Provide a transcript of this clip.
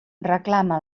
reclama